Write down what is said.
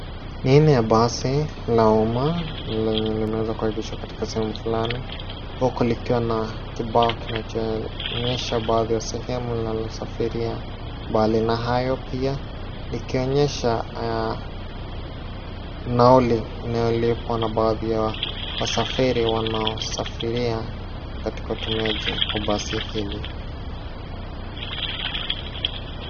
Hii ni basi la umma lenye limewezwa kuegeshwa katika sehemu fulani huku ikiwa na kibao kinachoonyesha baadhi ya sehemu linalo safiria. Mbali na hayo pia likionyesha nauli inayolipwa na baadhi ya wasafiri wanao safiria katika utumiaji wa basi hili.